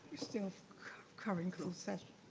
still covering the session.